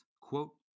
quote